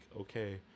okay